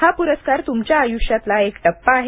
हा पुरस्कार तुमच्या आयुष्यातला एक टप्पा आहे